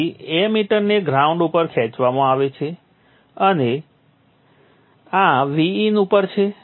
તેથી એમીટર ને ગ્રાઉન્ડ ઉપર ખેંચવામાં આવે છે અને આ Vin ઉપર છે